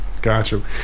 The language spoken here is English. Gotcha